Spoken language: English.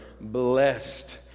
blessed